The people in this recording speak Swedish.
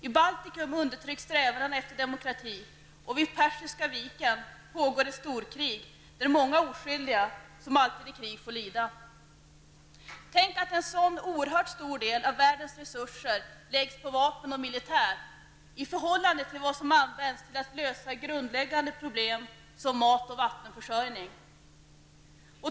I Baltikum undertrycks strävandena efter demokrati, och vid Persiska viken pågår ett storkrig där många oskyldiga, som alltid i krig, får lida. Tänk att en sådan oerhört stor del av världens resurser läggs ned på vapen och militär i förhållande till vad som används till att lösa grundläggande problem som mat och vattenförsörjning.